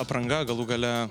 apranga galų gale